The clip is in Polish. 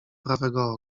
prawego